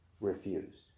refused